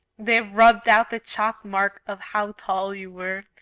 they've rubbed out the chalk mark of how tall you were.